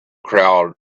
crowd